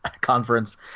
Conference